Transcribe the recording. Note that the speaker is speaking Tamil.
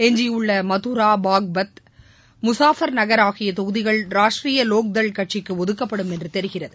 எஞ்சியுள்ள மதரா பாக்பத் முசாஃபர் நகர் ஆகிய தொகுதிகள் ராஷ்டிரிய லோக்தள் கட்சிக்கு ஒதுக்கப்படும் என்று தெரிகிறது